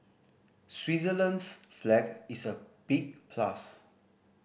Switzerland's flag is a big plus